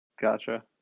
Gotcha